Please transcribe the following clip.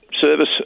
service